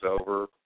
over